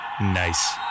Nice